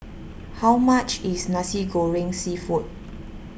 how much is Nasi Goreng Seafood